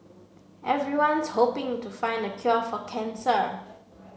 everyone's hoping to find the cure for cancer